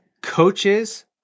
coaches